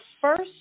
first